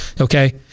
Okay